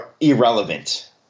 irrelevant